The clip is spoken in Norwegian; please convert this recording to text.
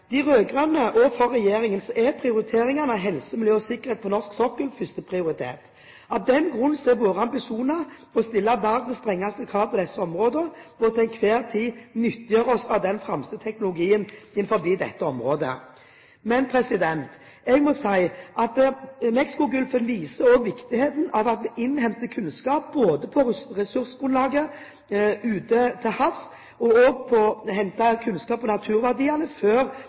de lykkes med dette snart. For de rød-grønne og for regjeringen er prioriteringen av helse, miljø og sikkerhet på norsk sokkel førsteprioritet. Av den grunn er våre ambisjoner å stille verdens strengeste krav på disse områdene, og til enhver tid nyttegjøre oss den fremste teknologien innenfor dette området. Men jeg må si at Mexicogolfen også viser viktigheten av å innhente kunnskap både om ressursgrunnlaget ute til havs og om naturverdiene før